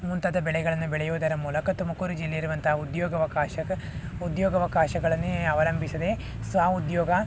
ಮುಂತಾದ ಬೆಳೆಗಳನ್ನು ಬೆಳೆಯುವುದರ ಮೂಲಕ ತುಮಕೂರು ಜಿಲ್ಲೆಯಿರುವಂಥ ಉದ್ಯೋಗವಕಾಶ ಉದ್ಯೋಗಾವಕಾಶಗಳನ್ನೇ ಅವಲಂಬಿಸದೆ ಸ್ವ ಉದ್ಯೋಗ